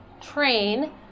train